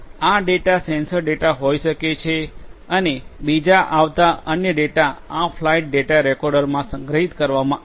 આ data sensor data હોઈ શકે છે અને બીજા આવતા અન્ય ડેટા આ ફ્લાઇટ ડેટા રેકોર્ડરમાં સંગ્રહિત કરવામાં આવે છે